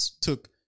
took